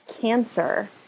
cancer